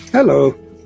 Hello